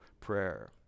prayer